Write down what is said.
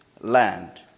land